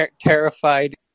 terrified